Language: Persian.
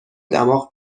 دماغ